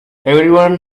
everyone